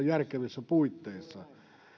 järkevissä puitteissa